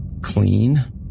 clean